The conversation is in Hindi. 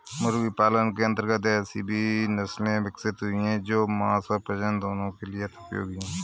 मुर्गी पालन के अंतर्गत ऐसी भी नसले विकसित हुई हैं जो मांस और प्रजनन दोनों के लिए अति उपयुक्त हैं